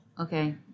Okay